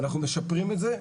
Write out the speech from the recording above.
אנחנו משפרים את זה,